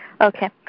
Okay